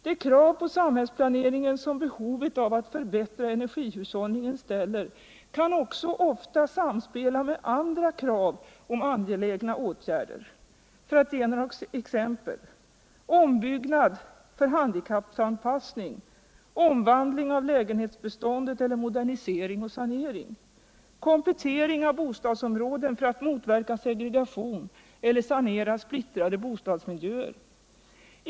Det krav på samhällsplaneringen som behovet att förbättra energihushållningen ställer kan också ofta samspela med krav på andra angelägna åtgärder. 1. ex.: Ombyggnad av byggnader för handikappanpassning, omvandling av lägenhetsbeståndet eller modernisering och sanering. Komplettering av bostadsområden för att motverka segregation eller sanera splittrade bostadsmiljöer.